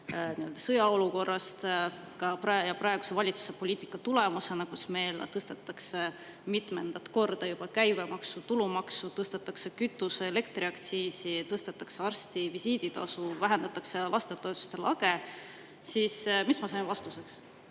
sõjaolukorrast ja praeguse valitsuse poliitika tulemusena, kus meil tõstetakse juba mitmendat korda käibemaksu, tulumaksu, tõstetakse kütuse- ja elektriaktsiisi, tõstetakse arstivisiiditasu, vähendatakse lastetoetuste lage, siis mis ma sain vastuseks?